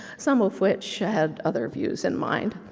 some of which had other views in mind,